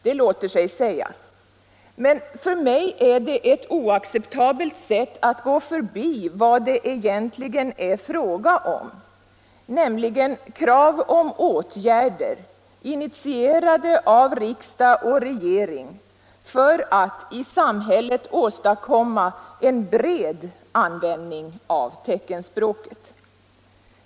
Det låter sig sägas. Men för mig är det ett oacceptabelt sätt att gå förbi vad det egentligen är fråga om — nämligen krav på åtgärder, initierade av riksdag och regering för att i samhället åstadkomma en bred användning av teckenspråket.